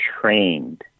trained